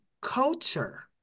culture